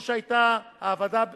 או שהיתה העבדה